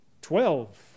Twelve